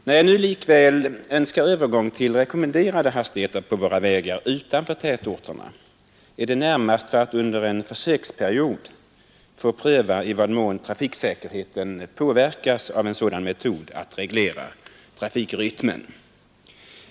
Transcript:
När jag likväl önskar övergång till rekommenderade hastigheter på vägar utanför tätorterna är det närmast för att vi under en försöksperiod skall kunna pröva i vad mån trafiksäkerheten påverkas av en sådan metod att reglera trafikrytmen.